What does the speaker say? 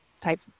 type